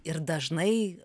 ir dažnai